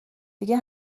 دیگه